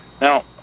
Now